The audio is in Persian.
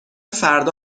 فردا